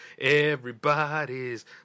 everybody's